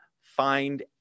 find